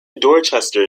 dorchester